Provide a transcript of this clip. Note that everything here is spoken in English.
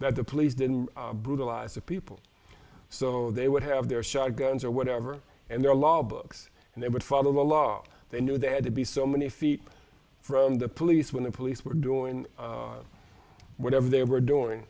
that the police didn't brutalize the people so they would have their shotguns or whatever and their law books and they would follow the law they knew they had to be so many feet from the police when the police were doing whatever they were doing